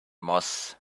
moss